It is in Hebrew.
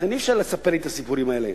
לכן אי-אפשר לספר לי את הסיפורים האלה.